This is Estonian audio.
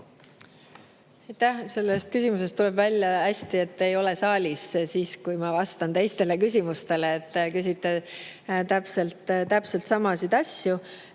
Sellest küsimusest tuleb hästi välja, et te ei ole saalis, kui ma vastan teistele küsimustele. Te küsite täpselt samasid asju.